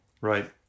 right